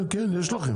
כן כן יש לכם.